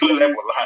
level